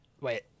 wait